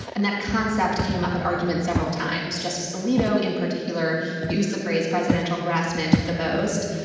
and that concept came up at argument several times. justice alito in particular used the phrase presidential harassment the most.